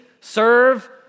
serve